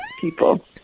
people